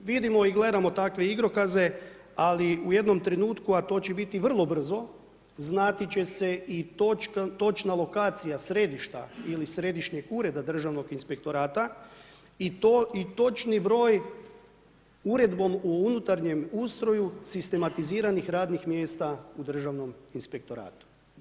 Vidimo i gledamo takve igrokaze, ali u jednom trenutku, a to će biti vrlo brzo, znati će se i točna lokacija središta ili Središnjeg ureda Državnog inspektorata i to točni broj Uredbom u unutarnjem ustroju sistematiziranih radnih mjesta u Državnom inspektoratu.